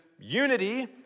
unity